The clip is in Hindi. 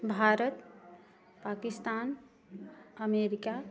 भारत पाकिस्तान अमेरिका